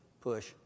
push